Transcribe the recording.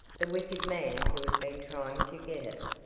the wicked man who had been trying to get it,